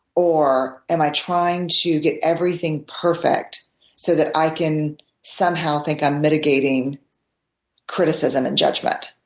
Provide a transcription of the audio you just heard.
or am i trying to get everything perfect so that i can somehow think i'm mitigating criticism and judgment?